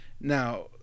Now